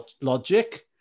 logic